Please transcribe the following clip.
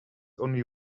only